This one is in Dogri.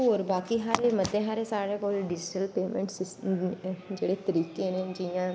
होर बाकी मते हारे साढ़े कोल डिज़टल पेमैंट जेह्ड़े तरीके न जियां